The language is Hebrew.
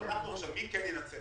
ינצל